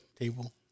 table